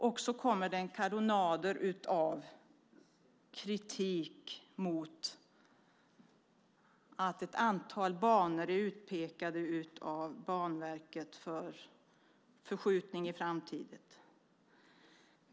Sedan kommer det kanonader av kritik mot att ett antal banor är utpekade av Banverket för att skjutas på framtiden.